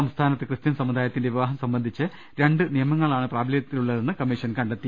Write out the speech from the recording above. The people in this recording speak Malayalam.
സംസ്ഥാനത്തു ക്രിസ്തൃൻ സമുദായത്തിന്റെ വിവാഹം സംബന്ധിച്ച് രണ്ട് നിയമങ്ങളാണ് പ്രാബലൃത്തിലുള്ളതെന്ന് കമ്മീഷൻ കണ്ടെത്തി